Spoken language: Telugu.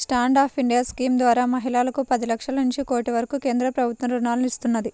స్టాండ్ అప్ ఇండియా స్కీమ్ ద్వారా మహిళలకు పది లక్షల నుంచి కోటి వరకు కేంద్ర ప్రభుత్వం రుణాలను ఇస్తున్నది